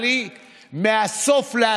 37 בעד, 65 נגד.